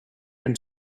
and